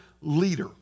leader